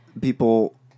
people